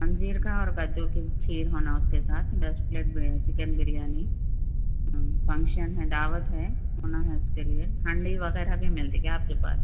انجیر کا اور کدو کی کھیر ہونا اس کے ساتھ دس پلیٹ چکن بریانی فنکشن ہے دعوت ہے ہونا ہے اس کے لیے ہانڈی وغیرہ بھی ملتی کیا آپ کے پاس